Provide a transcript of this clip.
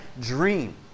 dream